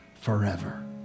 forever